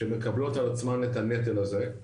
שמקבלות על עצמן את ה"נטל" הזה,